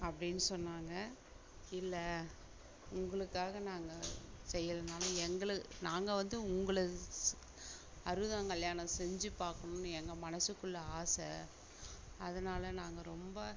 அப்படின் சொன்னாங்க இல்லை உங்களுக்காக நாங்கள் செய்யலைனாலும் எங்களு நாங்கள் வந்து உங்களுது ஸ் அறுபதாங் கல்யாணம் செஞ்சு பார்க்கணுன் எங்கள் மனசுக்குள்ள ஆசை அதனால் நாங்கள் ரொம்ப